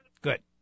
Good